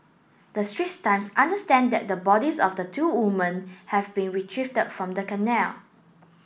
the Straits Times understand that the bodies of the two women have been retrieve from the canal